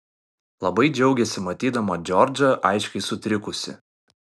labai džiaugiausi matydama džordžą aiškiai sutrikusį